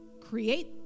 create